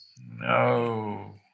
no